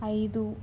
ఐదు